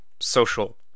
social